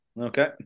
Okay